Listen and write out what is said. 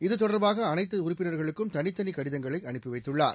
இது தொடர்பாக அனைத்து உறுப்பினர்களுக்கும் தனித்தனி கடிதங்களை அனுப்பி வைத்துள்ளார்